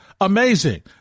amazing